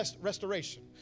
restoration